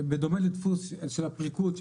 בדומה לדפוס של הפריקות.